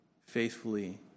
faithfully